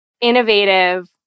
innovative